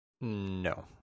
No